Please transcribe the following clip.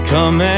Come